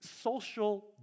social